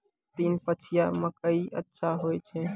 तीन पछिया मकई अच्छा होय छै?